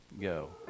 go